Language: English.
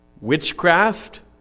Witchcraft